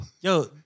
Yo